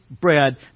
bread